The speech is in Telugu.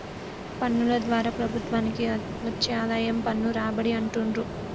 పన్నుల ద్వారా ప్రభుత్వానికి వచ్చే ఆదాయం పన్ను రాబడి అంటుండ్రు